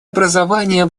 образования